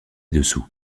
dessous